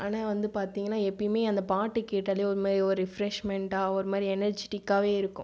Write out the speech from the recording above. ஆனால் வந்து பார்த்தீங்கன்னா எப்பவுமே அந்த பாட்டு கேட்டாலே ஒரு ரெப்ரெஷ்மெண்டாக ஒரு மாதிரி எனர்ஜிடிக்காகவே இருக்கும்